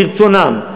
מרצונם,